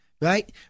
right